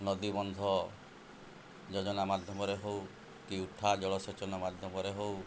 ନଦୀବନ୍ଧ ଯୋଜନା ମାଧ୍ୟମରେ ହଉ କି ଉଠା ଜଳସେଚନ ମାଧ୍ୟମରେ ହଉ